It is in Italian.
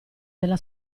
della